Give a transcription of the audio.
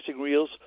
reels